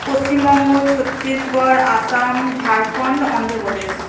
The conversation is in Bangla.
পশ্চিমবঙ্গ ছত্তিসগড় আসাম ঝাড়খন্ড অন্ধ্রপ্রদেশ